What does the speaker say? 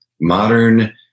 modern